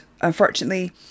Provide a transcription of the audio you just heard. unfortunately